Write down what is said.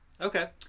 Okay